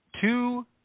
two